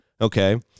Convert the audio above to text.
Okay